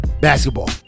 basketball